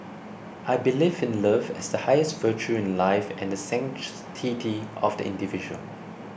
I believe in love as the highest virtue in life and sanctity of the individual